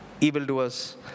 evildoers